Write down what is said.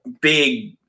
big